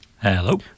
Hello